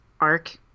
arc